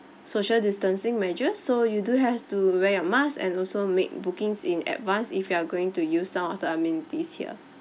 social distancing measures so you do have to wear your mask and also make bookings in advance if you are going to use some of the amenities here